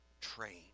train